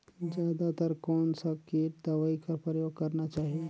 जादा तर कोन स किट दवाई कर प्रयोग करना चाही?